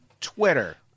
Twitter